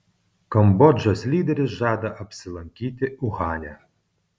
kambodžos lyderis žada apsilankyti uhane